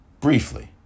Briefly